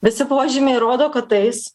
visi požymiai rodo kad eis